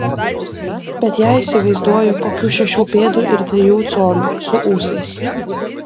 bet ją įsivaizduoju kokių šešių pėdų ir trijų colių su ūsais